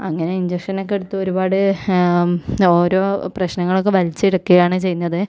അങ്ങനെ ഇൻജെക്ഷൻ ഒക്കെ എടുത്ത് ഒരുപാട് ഓരോ പ്രശ്നങ്ങളൊക്കെ വലിച്ചെടുക്കുകയാണ് ചെയ്യുന്നത്